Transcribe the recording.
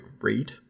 read